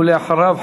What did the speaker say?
ואחריו,